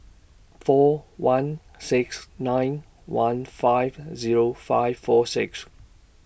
four one six nine one five Zero five four six